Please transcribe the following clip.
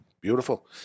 beautiful